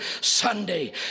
Sunday